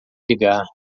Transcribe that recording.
ligar